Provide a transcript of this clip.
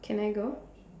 can I go